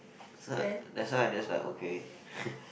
so that's why I just like okay